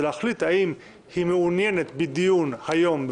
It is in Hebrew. להחליט האם היא מעוניינת בדיון היום,